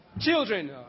Children